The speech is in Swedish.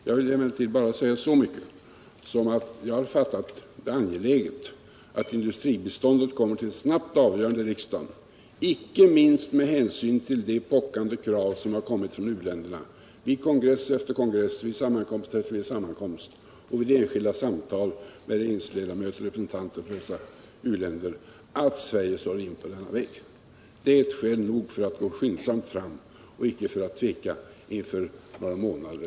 Jag vill emellertid bara säga så mycket, att jag har uppfattat det som angeläget att frågan om industribistånd kommer till snabbt avgörande i riksdagen, icke minst med hänsyn till de pockande krav som kommit från uländerna vid kongress efter kongress, vid sammankomst efter sammankomst och vid enskilda samtal mellan regeringsledamöter och representanter för dessa u-länder, om att Sverige slår in på denna väg. Det är skäl nog för att gå skyndsamt fram och icke tveka i några månader.